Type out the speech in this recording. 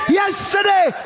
yesterday